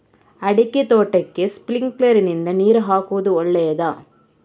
ಅಡಿಕೆ ತೋಟಕ್ಕೆ ಸ್ಪ್ರಿಂಕ್ಲರ್ ನಿಂದ ನೀರು ಹಾಕುವುದು ಒಳ್ಳೆಯದ?